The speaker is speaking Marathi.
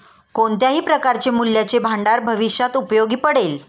कोणत्याही प्रकारचे मूल्याचे भांडार भविष्यात उपयोगी पडेल